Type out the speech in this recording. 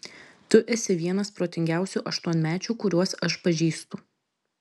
tu esi vienas protingiausių aštuonmečių kuriuos aš pažįstu